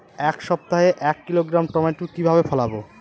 এক সপ্তাহে এক কিলোগ্রাম টমেটো কিভাবে ফলাবো?